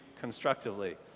constructively